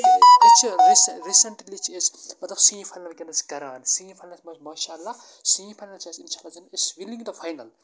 أسۍ چھِ رس ریٖسینٹلی چھِ أسۍ مطلَب سیمی فاینَل وٕنکیٚنَس کَران سیمی فاینَل منٛز ماشا اللہ سیمی فاینَل چھِ اَسہِ اِنشا اللہ أسۍ وِننگ دَ فاینل